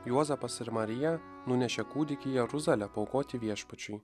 juozapas ir marija nunešė kūdikį į jeruzalę paaukoti viešpačiui